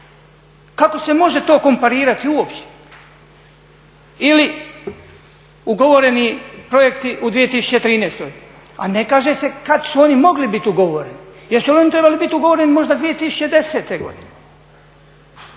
Kako se može to komparirati uopće? Ili ugovoreni projekti u 2013., a ne kaže se kada su oni mogli biti ugovoreni, jesu li oni trebali biti ugovoreni možda 2010.godine?